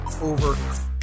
over